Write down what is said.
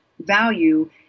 value